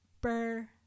Burr